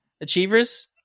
Achievers